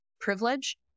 privilege